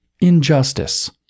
injustice